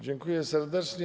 Dziękuję serdecznie.